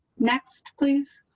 next, please.